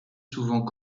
souvent